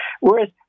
Whereas